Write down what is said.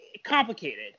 complicated